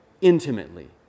intimately